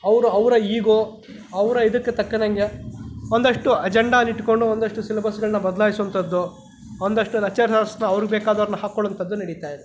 ಅವ್ರ ಅವರ ಈಗೋ ಅವರ ಇದುಕ್ಕೆ ತಕ್ಕನಂಗೆ ಒಂದಷ್ಟು ಅಜೆಂಡಾನ ಇಟ್ಟುಕೊಂಡು ಒಂದಷ್ಟು ಸಿಲೆಬಸ್ಗಳನ್ನ ಬದಲಾಯ್ಸೋಂಥದ್ದು ಒಂದಷ್ಟು ಲೆಚ್ಚರರ್ಸ್ನ ಅವ್ರ್ಗೆ ಬೇಕಾದೋರನ್ನ ಹಾಕ್ಕೊಳ್ಳೋಂಥದ್ದು ನಡೀತಾ ಇದೆ